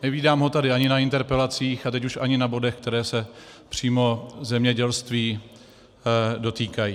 Nevídám ho tady ani na interpelacích a teď už ani na bodech, které se přímo zemědělství dotýkají.